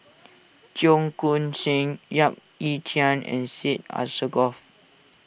Cheong Koon Seng Yap Ee Chian and Syed Alsagoff